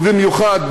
ובמיוחד,